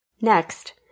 Next